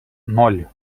ноль